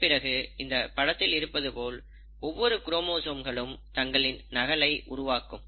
இதன்பிறகு இந்த படத்தில் இருப்பது போல் ஒவ்வொரு குரோமோசோம்களும் தங்களின் நகலை உருவாக்கும்